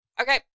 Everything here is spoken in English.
Okay